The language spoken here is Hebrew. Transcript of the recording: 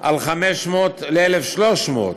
על הגדלה מ-500 ל-1,300,